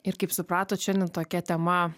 ir kaip supratot šiandien tokia tema